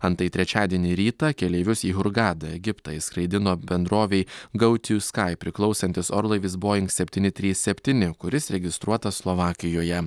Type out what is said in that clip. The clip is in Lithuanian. antai trečiadienį rytą keleivius į hurgadą egiptą išskraidino bendrovei gou tiu skai priklausantis orlaivis boing septyni trys septyni kuris registruotas slovakijoje